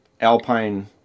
alpine